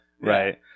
Right